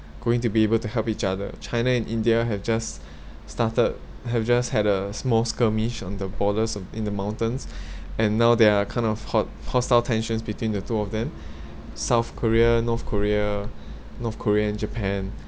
going to be able to help each other china and india have just started have just had a small skirmish on the borders of in the mountains and now they're kind of hot~ hostile tensions between the two of them south korea north korea north korea and japan